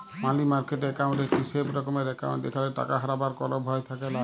মালি market account একটি safe রকমের account যেখালে টাকা হারাবার কল ভয় থাকেলা